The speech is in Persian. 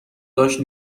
داشت